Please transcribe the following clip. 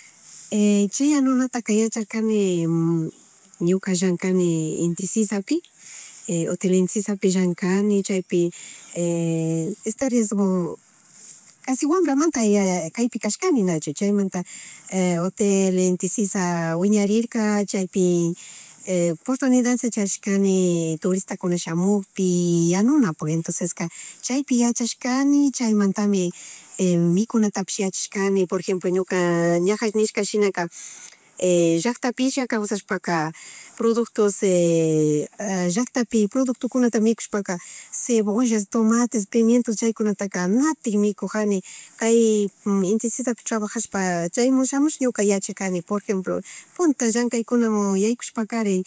chi yanunataka yacharkanii ñuka llankani Inti Sisapi hotel inti sisapi llankani chaypi kashi wambramanta kaypi kashkani chaymanta hotel inti sisa wiñarirka chaypi portunidadta charishkani turistakunapig shamugpi y yanunapug entonceska chaypi yachashkani chaymantami mikunatapish yachashkani por ejemplo ñuka ñaja nishka shina shinaka llacktapisha kawsashpaka productos llacktapi productukunata miskushpaka cebollas tomates, pimientos chaykunataka natik mikujani kay inti sisa trabjashpa chaymun shamushpa ñuka yacharkani por ejemplo punta llankcaykunmun yaykushpakari